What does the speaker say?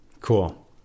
Cool